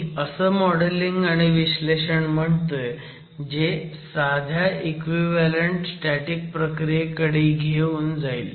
मी असं मॉडेलिंग आणि विश्लेषण म्हणतोय जे साध्या इक्विव्हॅलंट स्टॅटिक प्रक्रियेकडे घेऊन जाईल